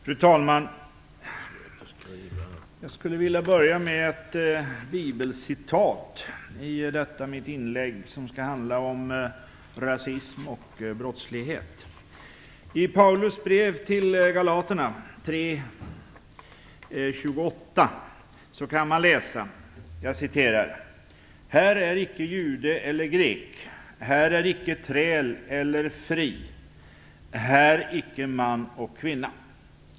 Fru talman! Jag vill börja med ett bibelcitat i detta mitt inlägg som skall handla om rasism och brottslighet. I Paulus brev till galaterna 3:28 kan man läsa: "Här är icke jude eller grek, här är icke träl eller fri, här är icke man och kvinna -".